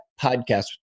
podcast